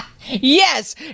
Yes